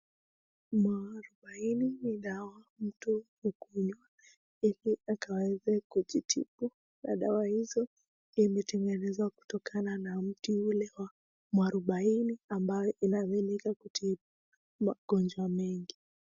Mwarubaini ni dawa mtu hukunywa ili akaweze kujitibu na dawa hizo imetengenezwa kutokana na miti ule wa mwarubaini ambayo inaaminika kutibu magonjwa mingi.